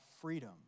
freedom